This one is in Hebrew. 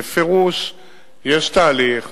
בפירוש יש תהליך